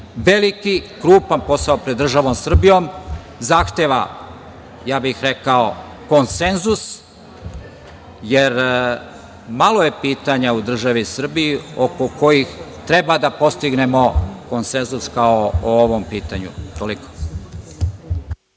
Veliki, krupan posao pred državom Srbijom zahteva, rekao bih, konsenzus, jer malo je pitanja u državi Srbiji oko kojih treba da postignemo konsenzus kao o ovom pitanju. Toliko.